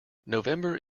november